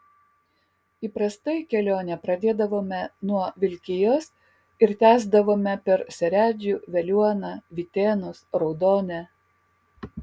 įprastai kelionę pradėdavome nuo vilkijos ir tęsdavome per seredžių veliuoną vytėnus raudonę